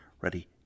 Ready